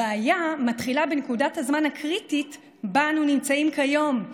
הבעיה מתחילה בנקודת הזמן הקריטית שבה אנו נמצאים כיום,